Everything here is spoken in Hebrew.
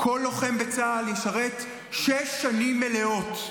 כל לוחם בצה"ל ישרת שש שנים מלאות.